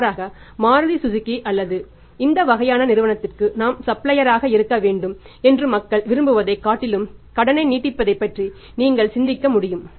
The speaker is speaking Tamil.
மாறாக மாருதி சுசுகி அல்லது இந்த வகையான நிறுவனத்திற்கு நாம் சப்ளையராக இருக்க வேண்டும் என்று மக்கள் விரும்புவதைக் காட்டிலும் கடனை நீட்டிப்பதைப் பற்றி நீங்கள் சிந்திக்க முடியும்